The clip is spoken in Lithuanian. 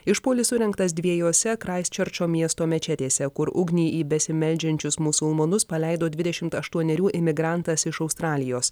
išpuolis surengtas dviejose kraiščerčo miesto mečetėse kur ugnį į besimeldžiančius musulmonus paleido dvidešimt aštuonerių imigrantas iš australijos